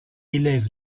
élève